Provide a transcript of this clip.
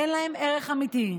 אין להם ערך אמיתי.